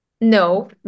No